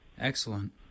Excellent